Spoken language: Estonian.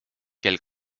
kel